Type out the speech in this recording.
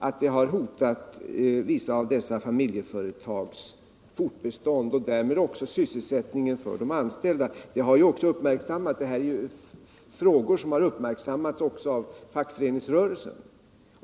Detta har hotat vissa av dessa familjeföretags fortbestånd och därmed också sysselsättningen för de anställda. Dessa frågor har även uppmärksammats av fackföreningsrörelsen.